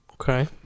Okay